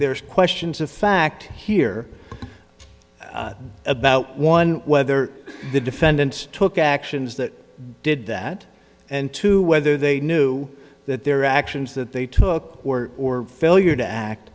there's questions of fact here about one whether the defendant took actions that did that and to whether they knew that their actions that they took were or failure to